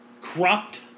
corrupt